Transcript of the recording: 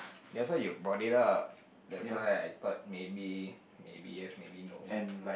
that's why you brought it up that's why I thought maybe maybe yes maybe no